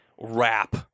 wrap